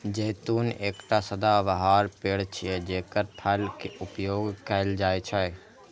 जैतून एकटा सदाबहार पेड़ छियै, जेकर फल के उपयोग कैल जाइ छै